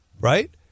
right